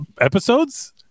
episodes